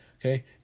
Okay